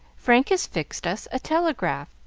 frank has fixed us a telegraph,